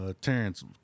Terrence